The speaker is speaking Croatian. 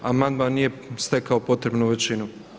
Amandman nije stekao potrebnu većinu.